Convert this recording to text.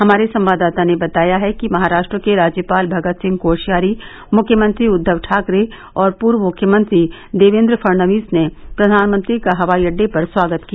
हमारे संवाददाता ने बताया है कि महाराष्ट्र के राज्यपाल भगत सिंह कोश्यारी मुख्यमंत्री उद्दव ठाकरे और पूर्व मुख्यमंत्री देवेन्द्र फडणवीस ने प्रधानमंत्री का हवाई अड्डे पर स्वागत किया